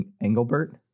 Engelbert